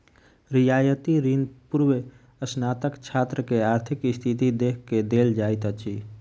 रियायती ऋण पूर्वस्नातक छात्र के आर्थिक स्थिति देख के देल जाइत अछि